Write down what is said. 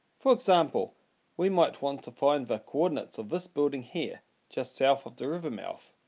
for example we might want to find the coordinates of this building here just south of the river mouth.